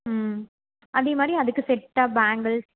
ம் அதே மாதிரி அதற்கு செட்டாக பேங்கல்ஸ்